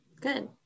good